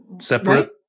separate